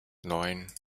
neun